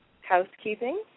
housekeeping